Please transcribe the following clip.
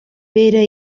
pere